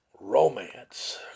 Romance